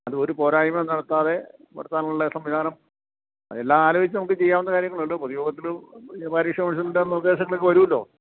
അത് ഒരു പോരായ്മ നടത്താതെ നടത്താനുള്ള സംവിധാനം അതെല്ലാം ആലോചിച്ചു നമുക്കു ചെയ്യാവുന്ന കാര്യങ്ങളേ ഉള്ളൂ പൊതുയോഗത്തിലും പാരിഷ് ഹാൾളെ നിർദ്ദേശങ്ങളൊക്കെ വരുമല്ലോ